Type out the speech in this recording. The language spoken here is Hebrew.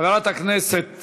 חברת הכנסת